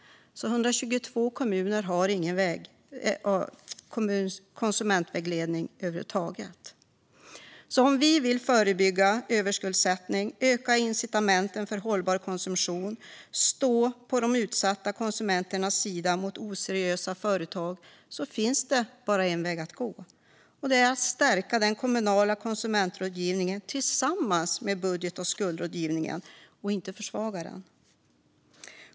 Det är alltså 122 kommuner som inte har någon konsumentvägledning över huvud taget. Om vi vill förebygga överskuldsättning, öka incitamenten för hållbar konsumtion och stå på utsatta konsumenters sida mot oseriösa företag finns det bara en väg att gå. Det är att stärka den kommunala konsumentrådgivningen tillsammans med budget och skuldrådgivningen och inte försvaga den.